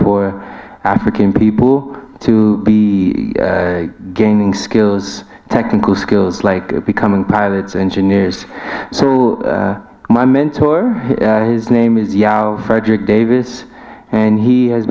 for african people to be gaining skills technical skills like becoming pilots engineers so my mentor his name is yeah frederick davis and he has